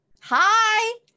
hi